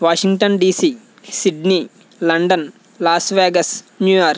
Washington DC Sydney London Las Vegas New York